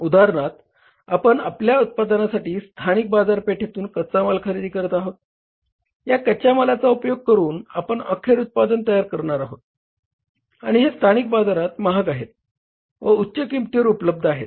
उदाहरणार्थ आपण आपल्या उत्पादनासाठी स्थानिक बाजारपेठेतुन कच्चा माल खरेदी करत आहोत या कच्या मालाचा उपयोग करून आपण अखेर उत्पादन तयार करणार आहोत आणि हे स्थानिक बाजारात महाग आहेत व उच्च किमतीवर उपलब्ध आहेत